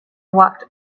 walked